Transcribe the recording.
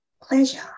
pleasure